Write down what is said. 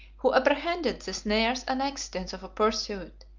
who apprehended the snares and accidents of a pursuit,